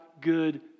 good